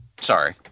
Sorry